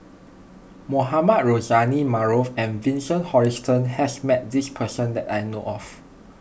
Mohamed Rozani Maarof and Vincent Hoisington has met this person that I know of